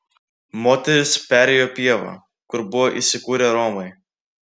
moterys perėjo pievą kur buvo įsikūrę romai